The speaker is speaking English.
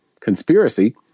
conspiracy